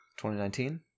2019